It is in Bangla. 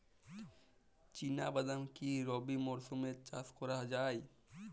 চিনা বাদাম কি রবি মরশুমে চাষ করা যায়?